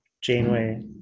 Janeway